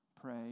pray